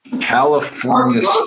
California